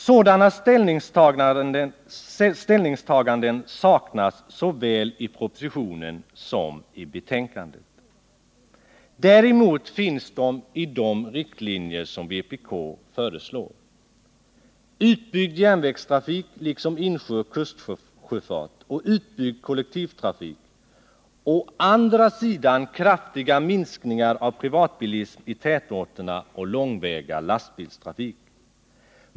Sådana ställningstaganden saknas såväl i propositionen som i betänkandet. Däremot finns de i de riktlinjer som vänsterpartiet kommunisterna föreslår: å ena sidan utbyggd järnvägstrafik, liksom insjöoch kustsjötrafik och utbyggd kollektivtrafik och å andra sidan kraftiga minskningar av privatbilism i tätorterna och långväga lastbilstrafik.